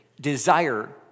desire